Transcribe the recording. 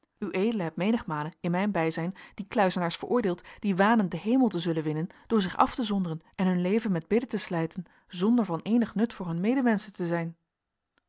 ued hebt menigmalen in mijn bijzijn die kluizenaars veroordeeld die wanen den hemel te zullen winnen door zich af te zonderen en hun leven met bidden te slijten zonder van eenig nut voor hun medemenschen te zijn